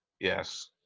Yes